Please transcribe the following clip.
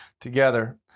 together